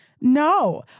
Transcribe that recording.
no